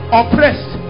oppressed